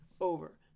over